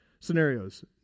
scenarios